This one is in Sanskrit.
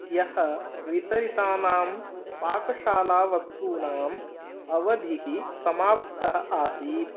या वितरितानां पाकशालावस्तूनाम् अवधिः समाप्ता आसीत्